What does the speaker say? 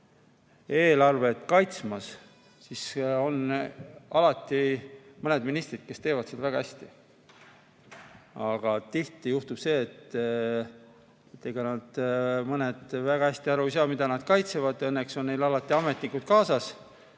eelarvet kaitsmas, siis on alati ministreid, kes teevad seda väga hästi, aga tihti juhtub, et ega mõned väga hästi aru ei saa, mida nad kaitsevad. Õnneks on neil alati ametnikud kaasas.